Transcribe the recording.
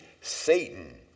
Satan